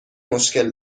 مشکل